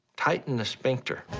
tighten the sphincter.